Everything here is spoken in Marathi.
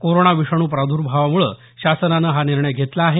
कोरोना विषाणू प्रादुर्भावामुळे शासनानं हा निर्णय घेतला आहे